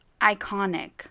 iconic